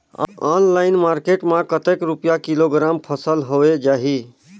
Online market मां कतेक रुपिया किलोग्राम फसल हवे जाही?